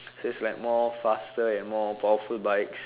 so it's like more faster and more powerful bikes